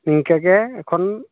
ᱤᱱᱠᱟᱹ ᱜᱮ ᱮᱠᱷᱚᱱ